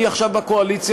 אני עכשיו בקואליציה,